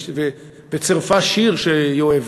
וצירפה שיר שהיא אוהבת.